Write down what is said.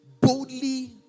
boldly